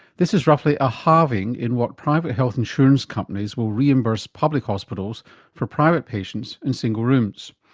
this is roughly a halving in what private health insurance companies will reimburse public hospitals for private patients in single rooms.